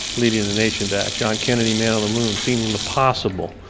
leading the nation to john kennedy man-on-the-moon, seeing the possible.